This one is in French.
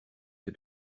que